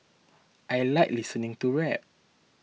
I like listening to rap